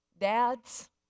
dads